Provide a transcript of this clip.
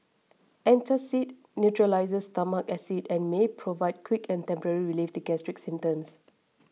antacid neutralises stomach acid and may provide quick and temporary relief to gastric symptoms